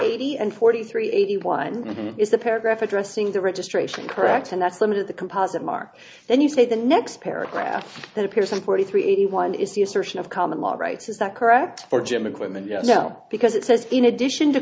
eighty and forty three eighty one is the paragraph addressing the registration correct and that's limited the composite mark then you say the next paragraph that appears in forty three eighty one is the assertion of common law rights is that correct for gym equipment you know because it says in addition to